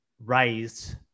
raised